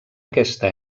aquesta